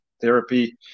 therapy